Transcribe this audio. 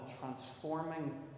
transforming